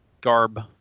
garb